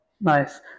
Nice